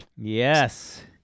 Yes